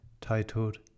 titled